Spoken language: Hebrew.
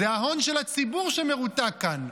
זה ההון של הציבור שמרותק כאן.